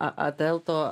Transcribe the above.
a atelto